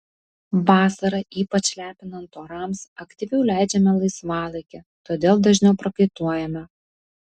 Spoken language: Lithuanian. vasarą ypač lepinant orams aktyviau leidžiame laisvalaikį todėl dažniau prakaituojame